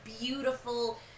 beautiful